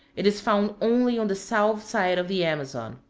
it is found only on the south side of the amazon.